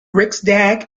riksdag